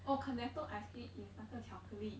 oh Cornetto ice cream is 那个巧克力